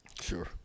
Sure